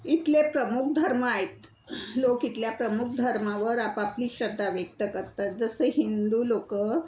इथले प्रमुख धर्म आहेत लोक इथल्या प्रमुख धर्मावर आपापली श्रद्धा व्यक्त करतात जसं हिंदू लोक